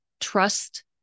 Trust